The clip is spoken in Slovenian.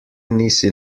nisi